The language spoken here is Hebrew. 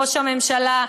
ראש הממשלה,